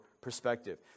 perspective